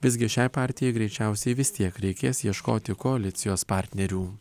visgi šiai partijai greičiausiai vis tiek reikės ieškoti koalicijos partnerių